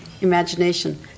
imagination